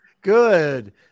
Good